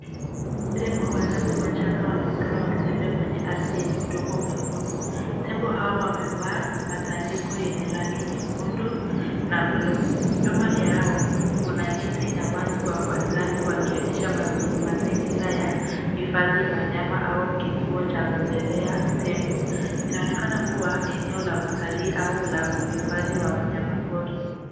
Tembo watatu wachanga wanaonekana wakitembea kwenye ardhi yenye udongo mwekundu. Tembo hao wamevaa matandiko yenye rangi nyekundu na bluu. Nyuma yao kuna miti na watu wa watatu wakionyesha mazingira ya hifadhi ya wanyama au kituo cha kulelea tembo. Inaonekana kuwa eneo la utalii au la uhifadhi wa wanyamapori.